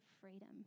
freedom